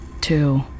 Two